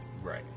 Right